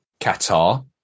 Qatar